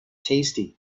tasty